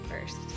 first